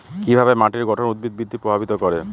কিভাবে মাটির গঠন উদ্ভিদ বৃদ্ধি প্রভাবিত করে?